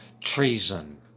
treason